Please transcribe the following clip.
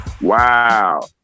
Wow